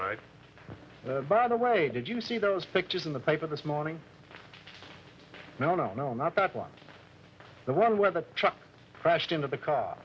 right by the way did you see those pictures in the paper this morning no no no not that one the one where the truck crashed into the car